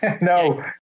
No